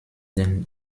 den